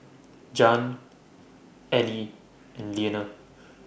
Jan Ally and Leaner